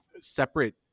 separate